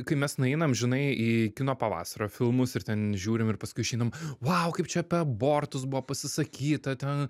kai mes nueinam žinai į kino pavasario filmus ir ten žiūrim ir paskui išeinam vau kaip čia apie abortus buvo pasisakyta ten